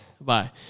Bye